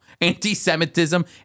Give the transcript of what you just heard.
anti-Semitism